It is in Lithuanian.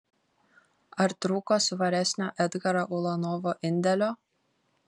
ar trūko svaresnio edgaro ulanovo indėlio